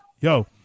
Yo